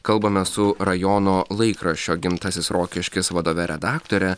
kalbame su rajono laikraščio gimtasis rokiškis vadove redaktore